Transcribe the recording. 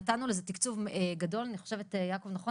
נתנו לזה תקצוב גדול, אני חושבת, יעקב נכון?